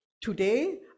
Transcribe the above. today